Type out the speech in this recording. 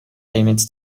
payments